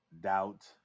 Doubt